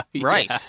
Right